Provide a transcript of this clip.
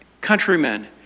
countrymen